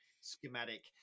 schematic